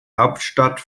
hauptstadt